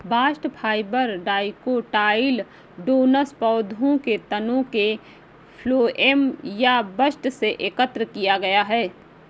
bast fibre dicotyledonous पौधों के तने के फ्लोएम या बस्ट से एकत्र किया गया है